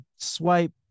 swipe